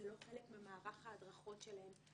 זה לא חלק ממערך ההדרכות שלהם,